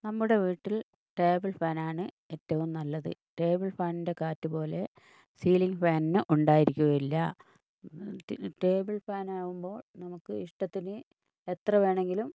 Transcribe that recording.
നമ്മുടെ വീട്ടിൽ ടേബിൾ ഫാനാണ് ഏറ്റവും നല്ലത് ടേബിൾ ഫാനിൻ്റെ കാറ്റുപോലെ സീലിംഗ് ഫാനിന് ഉണ്ടായിരിക്കുകയില്ല ടേബിൾ ഫാനാകുമ്പോൾ നമുക്ക് ഇഷ്ടത്തിന് എത്ര വേണങ്കിലും